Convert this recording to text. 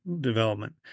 development